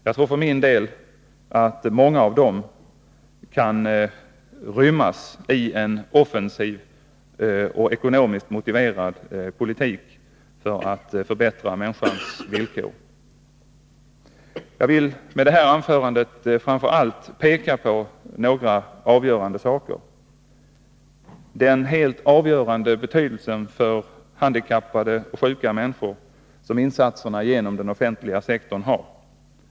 Jag tror för min del att många av dem kan rymmas i en offensiv och ekonomiskt motiverad politik för att förbättra människors villkor. Jag vill med det här anförandet peka på den helt avgörande betydelsen för handikappade och sjuka människor som insatserna genom den offentliga sektorn har.